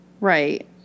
right